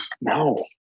No